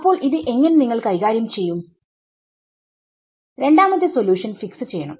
അപ്പോൾ ഇത് എങ്ങനെ നിങ്ങൾ കൈകാര്യം ചെയ്യും രണ്ടാമത്തെ സൊല്യൂഷൻ ഫിക്സ് ചെയ്യണം